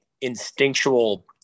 instinctual